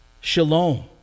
shalom